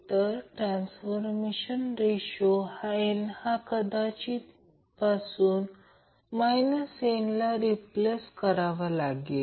तर सर्वप्रथम आपल्याला माहित आहे की रेझोनन्स फ्रिक्वेन्सी f012π √LC असते